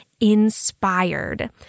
inspired